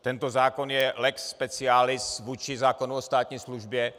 Tento zákon je lex specialis vůči zákonu o státní službě.